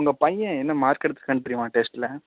உங்கள் பையன் என்ன மார்க் எடுத்திருக்கானு தெரியுமா டெஸ்ட்டில்